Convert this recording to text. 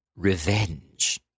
Revenge